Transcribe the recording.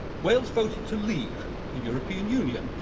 wales voted to leave the european union,